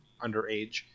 underage